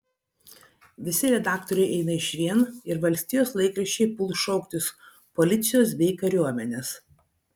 visi redaktoriai eina išvien ir valstijos laikraščiai puls šauktis policijos bei kariuomenės